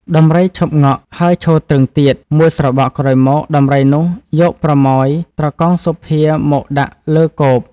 ដំរីឈប់ង៉ក់ហើយឈរទ្រឹងទៀត មួយស្របក់ក្រោយមក ដំរីនោះយកប្រមោយត្រកងសុភាមកដាក់លើកូប ។